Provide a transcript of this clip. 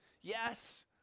Yes